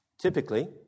Typically